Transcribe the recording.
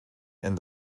and